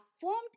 formed